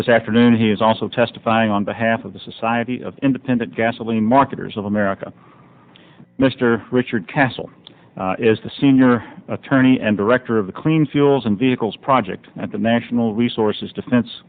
this afternoon he is also testifying on behalf of the society of independent gasoline marketers of america mr richard cassell is the senior attorney and director of the clean fuels and vehicles project at the national resources defense